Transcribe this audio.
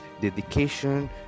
dedication